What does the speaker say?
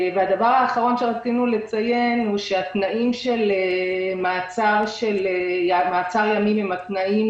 הדבר האחרון שרצינו לציין הוא שהתנאים של מעצר ימים הם התנאים